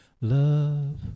love